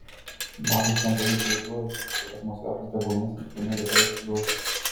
masės lengvai hidrolizuojasi ir atmosferos deguonies veikiami lėtai oksiduojasi